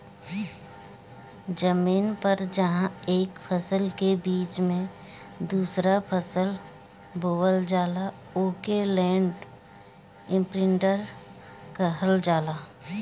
जमीन पर जहां एक फसल के बीच में दूसरा फसल बोवल जाला ओके लैंड इमप्रिन्टर कहल जाला